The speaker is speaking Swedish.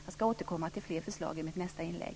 Jag ska återkomma till fler förslag i mitt nästa inlägg.